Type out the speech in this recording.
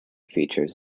features